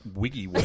wiggy